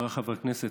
הכנסת,